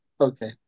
okay